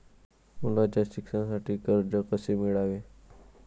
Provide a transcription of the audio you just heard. मुलाच्या शिक्षणासाठी कर्ज कसे मिळवावे?